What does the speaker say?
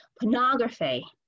pornography